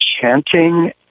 chanting